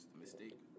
mistake